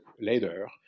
later